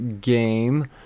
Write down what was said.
game